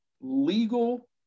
legal